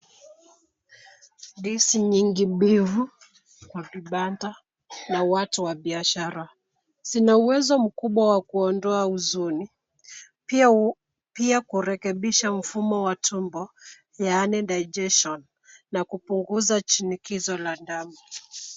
Ndizi nyingi mbivu kwa kibanda na watu wa biashara. Zina uwezo mkubwa wa kuondoa huzuni, pia kurekebisha mfumo wa tumbo Yaani (cs)digestion(cs) na kupunguza shinikizo la damu.